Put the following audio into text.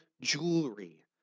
jewelry